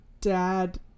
dad